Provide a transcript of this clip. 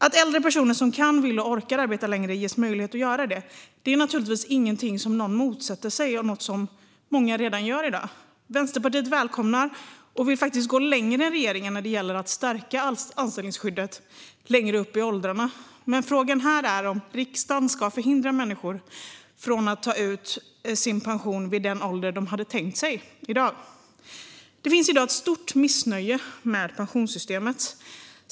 Att äldre personer som kan, vill och orkar arbeta längre ges möjlighet att göra det är naturligtvis ingenting som någon motsätter sig, och det är något som många redan i dag gör. Vänsterpartiet välkomnar detta och vill faktiskt gå längre än regeringen när det gäller att stärka anställningsskyddet längre upp i åldrarna. Men frågan här är om riksdagen ska förhindra människor att ta ut sin pension vid den ålder de hade tänkt sig. Det finns i dag ett stort missnöje med pensionssystemet.